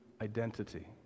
identity